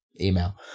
email